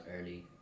early